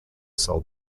sold